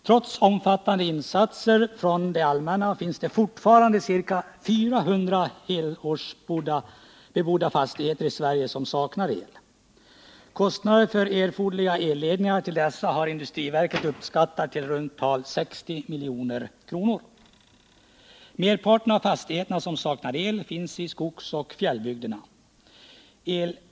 Trots omfattande insatser från det allmänna finns det fortfarande ca 400 helårsbebodda fastigheter i Sverige som saknar el. Kostnader för erforderliga elledningar till dessa har industriverket uppskattat till i runt tal 60 milj.kr. Merparten av fastigheterna som saknar el finns i skogsoch fjällbygderna.